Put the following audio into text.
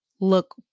look